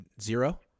zero